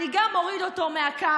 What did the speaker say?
אני גם אוריד אותו מהקו,